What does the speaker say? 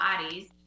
bodies